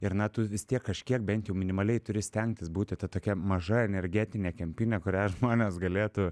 ir na tu vis tiek kažkiek bent jau minimaliai turi stengtis būti ta tokia maža energetine kempine kurią žmonės galėtų